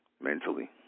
Mentally